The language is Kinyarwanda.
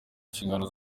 inshingano